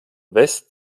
west